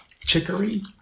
chicory